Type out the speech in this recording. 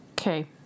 Okay